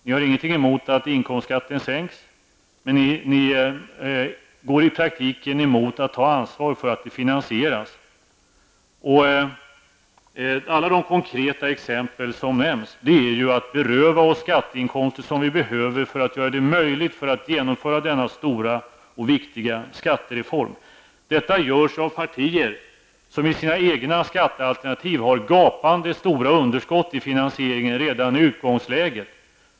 Ni har ingenting emot att inkomstskatten sänks, men ni går i praktiken emot att ta ansvar för att den finansieras. Alla de konkreta exempel som nämns går ut på att beröva oss skatteinkomster som vi behöver för att göra det möjligt att genomföra denna stora och viktiga skattereform. Detta görs av partier som i sina egna skattealternativ har gapande stora underskott i finansieringen redan i utgångsläget.